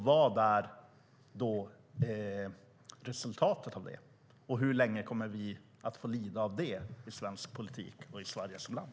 Vad är resultatet av det och hur länge kommer vi att få lida av det i svensk politik och i Sverige som land?